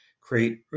create